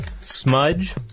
Smudge